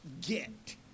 get